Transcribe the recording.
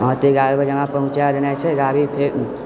हँ तऽ एगारह बजे हमरा पहुंँचाए देनाय छै गाड़ीकेँ